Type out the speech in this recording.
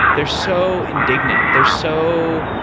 they're so indignant. they're so,